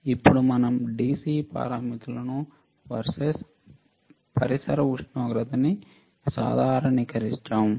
ఇప్పుడు మనం DC పారామితులను వర్సెస్ పరిసర ఉష్ణోగ్రతని సాధారణీకరించాము